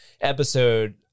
episode